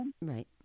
Right